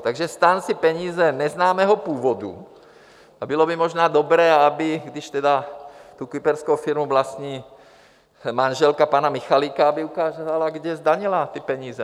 Takže STAN si peníze neznámého původu a bylo by možná dobré, aby, když tedy tu kyperskou firmu vlastní manželka pana Michalika, aby ukázala, kde zdanila ty peníze.